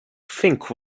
fink